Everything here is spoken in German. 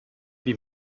wie